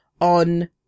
on